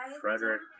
Frederick